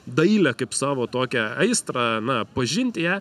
dailę kaip savo tokią aistrą na pažinti ją